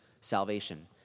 salvation